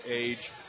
age